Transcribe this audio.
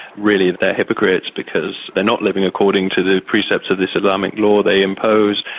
really they're hypocrites, because they're not living according to the precepts of this islamic law. they impose,